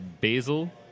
Basil